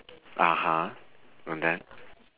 (uh huh) and then